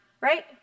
right